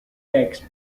texts